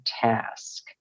task